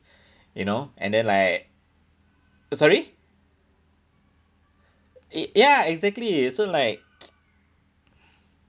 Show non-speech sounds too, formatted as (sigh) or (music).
(breath) you know and then like sorry y~ ya exactly so like (noise) (breath)